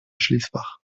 schließfach